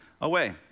away